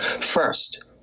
first